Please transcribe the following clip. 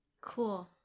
Cool